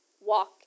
walk